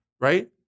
right